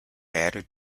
added